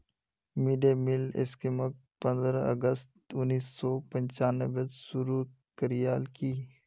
mid day meal स्कीमक पंद्रह अगस्त उन्नीस सौ पंचानबेत शुरू करयाल की